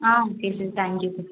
okay sir thank you sir